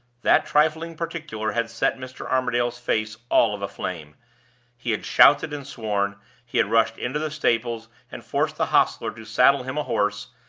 that trifling particular had set mr. armadale's face all of a flame he had shouted and sworn he had rushed into the stables and forced the hostler to saddle him a horse,